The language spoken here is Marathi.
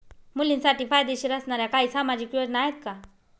मुलींसाठी फायदेशीर असणाऱ्या काही सामाजिक योजना आहेत का?